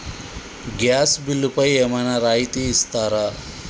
Gas బిల్లుపై ఏమైనా రాయితీ ఇస్తారా?